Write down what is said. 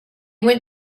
went